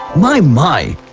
my my,